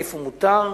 איפה מותר?